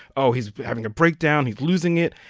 oh, he's having a breakdown. he's losing it.